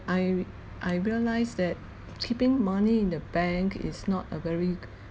I I realize that keeping money in the bank is not a very